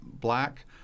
black